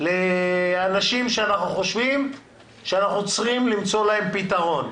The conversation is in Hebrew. לאנשים שאנחנו חושבים שאנחנו צריכים למצוא להם פתרון.